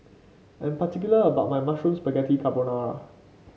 I am particular about my Mushroom Spaghetti Carbonara